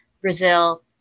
Brazil